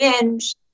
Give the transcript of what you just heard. binge